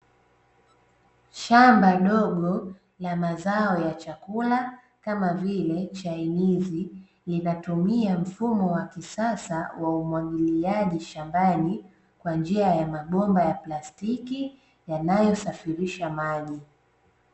Shamba dogo la mazao ya chakula kama vile chanizi, linatumia mfumo wa kisasa wa umwagiliaji shambani, kwa njia ya mabomba ya plastiki yanayosafirisha maji.